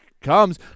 comes